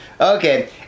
Okay